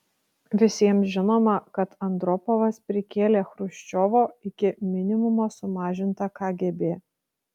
visiems žinoma kad andropovas prikėlė chruščiovo iki minimumo sumažintą kgb